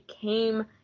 came